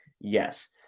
Yes